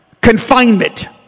confinement